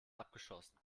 abgeschossen